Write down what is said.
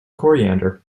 coriander